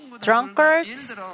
drunkards